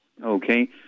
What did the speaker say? Okay